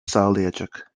sağlayacak